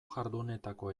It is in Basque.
jardunetako